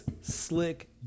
Slick